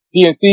PNC